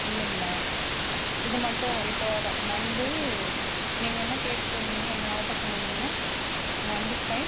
இல்லைங்களா இது மட்டும் இப்போ த நண்டு நீங்கள் என்ன கேட்ருந்தீங்க என்ன ஆடர் பண்ணிருந்திங்க நண்டு ஃப்ரை